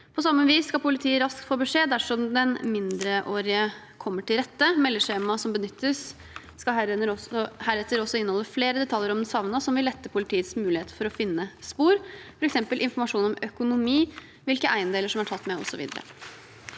På samme vis skal politiet raskt få beskjed dersom den mindreårige kommer til rette. Meldeskjemaet som benyttes, skal heretter også inneholde flere detaljer om den savnede som vil lette politiets mulighet for å finne spor, f.eks. informasjon om økonomi, hvilke eiendeler som er tatt med, osv.